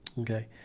Okay